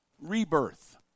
rebirth